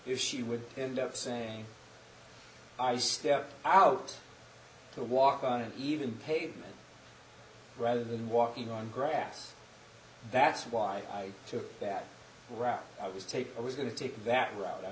if she would end up saying i stepped out to walk on an even pavement rather than walking on grass that's why i took that route i was take i was going to take that route i